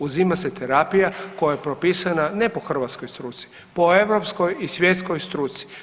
Uzima se terapija koje je propisana, ne po hrvatskoj struci, po europskoj i svjetskoj struci.